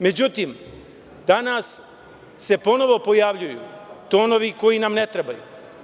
Međutim, danas se ponovo pojavljuju tonovi koji nam ne trebaju.